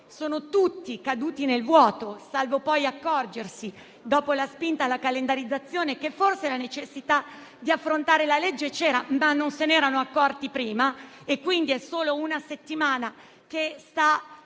sono tutti caduti nel vuoto, salvo poi accorgersi - dopo la spinta alla calendarizzazione - che forse la necessità di affrontare il disegno di legge c'era. Eppure, non se n'erano accorti prima, quindi solo da una settimana sta